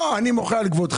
לא, אני מוחה על כבודך.